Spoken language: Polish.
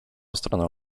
stroną